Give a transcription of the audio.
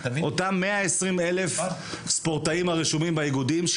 אותם 120,000 ספורטאים הרשומים באיגודים,